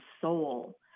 soul